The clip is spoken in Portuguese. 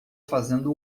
fazendo